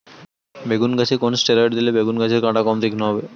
বেগুন গাছে কোন ষ্টেরয়েড দিলে বেগু গাছের কাঁটা কম তীক্ষ্ন হবে?